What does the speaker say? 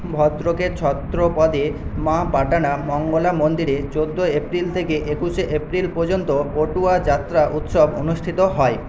ভদ্রকের ছত্রপদে মা পাটানা মঙ্গলা মন্দিরে চৌদ্দই এপ্রিল থেকে একুশ এপ্রিল পর্যন্ত পটুয়া যাত্রা উৎসব অনুষ্ঠিত হয়